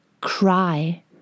cry